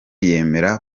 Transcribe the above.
yemera